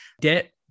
Debt